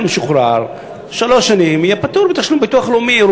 משוחרר יהיה פטור מתשלום ביטוח לאומי שלוש שנים.